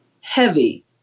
heavy